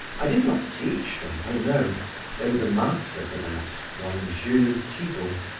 i did not teach them, oh no there was a master for that, one jules thibaut.